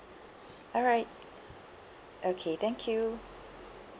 alright okay thank you